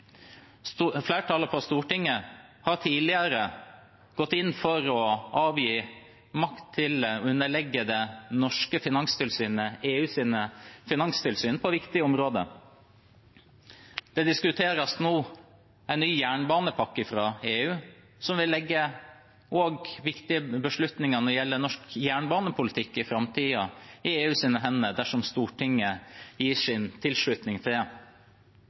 Flertallet på Stortinget har tidligere gått inn for å avgi makt og underlegge det norske finanstilsynet EUs finanstilsyn på viktige områder. Nå diskuteres en ny jernbanepakke fra EU, som vil legge viktige beslutninger i EUs hender når det gjelder framtidig norsk jernbanepolitikk, dersom Stortinget gir sin tilslutning til det. Med en tredje energimarkedspakke, som flertallet på Stortinget tidligere har gitt sin tilslutning til,